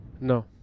No